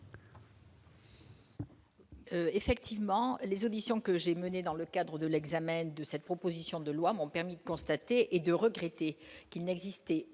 Effectivement, les auditions que j'ai menée dans le cadre de l'examen de cette proposition de loi m'ont permis de constater et de regretter qu'il n'existait